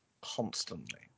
constantly